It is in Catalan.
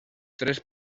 tres